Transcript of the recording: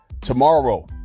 tomorrow